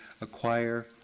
acquire